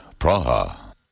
Praha